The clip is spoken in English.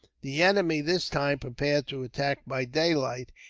the enemy, this time, prepared to attack by daylight,